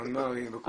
המנמ"רים וכל זה,